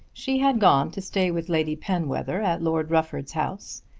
she had gone to stay with lady penwether at lord rufford's house,